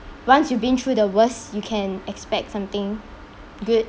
once you've been through the worst you can expect something good